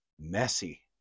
Messy